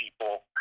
people